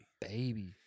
Baby